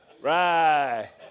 Right